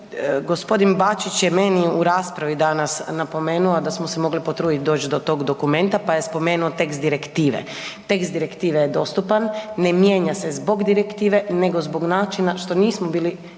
G. Bačić je meni u raspravi danas napomenuo da smo se mogli potrudit doć do tog dokumenta pa je spomenuo tekst direktive. Tekst direktive je dostupan, ne mijenja se zbog direktive nego zbog načina što nismo bili